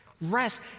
Rest